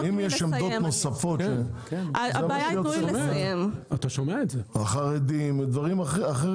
אני שואל האם יש עמדות נוספות לגבי החרדים ואחרים.